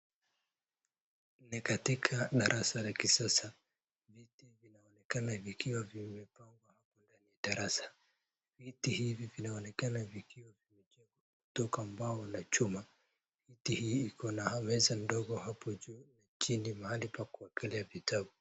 Ni katika darasa la kisasa, viti vinaonekana vikiwa vimepangwa hapo ndani ya darasa. Viti hivi vinaonekana vikiwa vimejengwa kutoka mbao la chuma. Viti hii iko na meza ndogo hapo juu na chini mahali pa kuekelea vitabu.